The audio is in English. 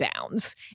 bounds